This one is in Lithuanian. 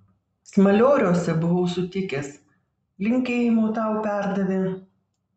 smalioriuose buvau sutikęs linkėjimų tau perdavė